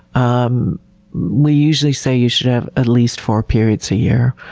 um we usually say you should have at least four periods a year.